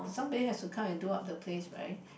somebody has to come and do up the place right